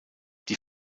die